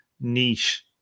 niche